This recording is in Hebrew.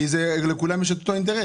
כי הרי לכולם יש את אותו אינטרס.